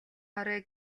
орой